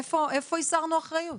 איפה הסרנו אחריות?